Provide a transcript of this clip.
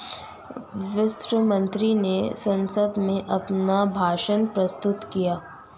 वित्त मंत्री ने संसद में अपना भाषण प्रस्तुत किया